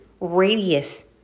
Radius